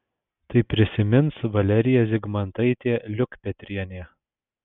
tai prisimins valerija zigmantaitė liukpetrienė